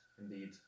Indeed